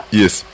yes